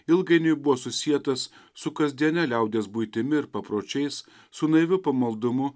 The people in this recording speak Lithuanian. ilgainiui buvo susietas su kasdiene liaudies buitimi ir papročiais su naiviu pamaldumu